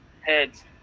heads